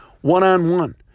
one-on-one